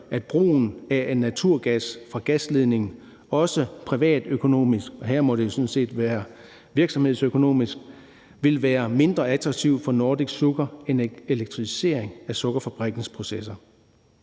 at brugen af naturgas fra gasledning også privatøkonomisk – her må det sådan set være virksomhedsøkonomisk – vil være mindre attraktiv for Nordic Sugar end elektrificering af sukkerfabrikkens processer.